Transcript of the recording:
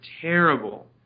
terrible